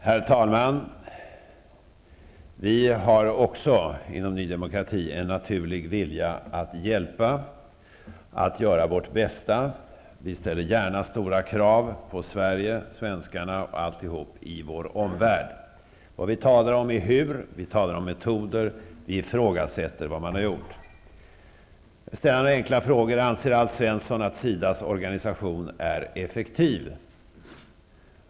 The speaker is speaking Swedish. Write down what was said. Herr talman! Vi har också inom Ny Demokrati en naturlig vilja att hjälpa och att göra vårt bästa. Vi ställer gärna stora krav på Sverige, på svenskarna och på vår omvärld. Vad vi talar om är hur -- vi talar om metoder och ifrågasätter vad man har gjort. Jag vill ställa några enkla frågor. Anser Alf Svensson att SIDA:s organisation är effektiv?